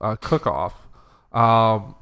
cook-off